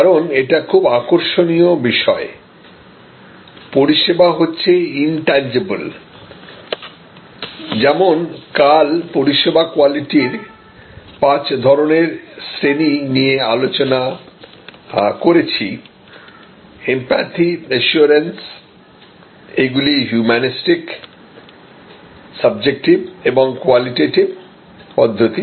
কারণ এটা খুব আকর্ষণীয় বিষয় পরিষেবা হচ্ছে ইনট্যনজিবিল যেমন কাল পরিষেবা কোয়ালিটির ৫ ধরনের শ্রেণি নিয়ে আলোচনা করেছি এমপ্যাথিঅ্যাসিওরেন্স এইগুলি হিউম্যানইসটিক সাবজেক্টিভ এবং কোয়ালিটেটিভ পদ্ধতি